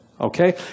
Okay